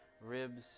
ribs